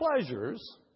pleasures